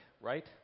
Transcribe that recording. right